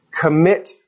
commit